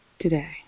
today